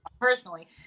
personally